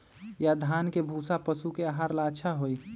या धान के भूसा पशु के आहार ला अच्छा होई?